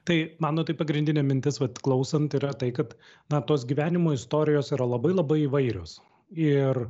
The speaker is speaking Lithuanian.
tai mano tai pagrindinė mintis vat klausant yra tai kad na tos gyvenimo istorijos yra labai labai įvairios ir